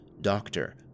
Doctor